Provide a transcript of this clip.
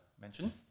mention